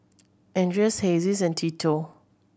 Andreas Hezzie and Tito